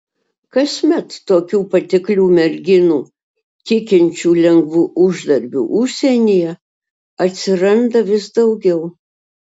kasmet tokių patiklių merginų tikinčių lengvu uždarbiu užsienyje atsiranda vis daugiau